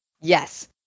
yes